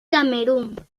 camerún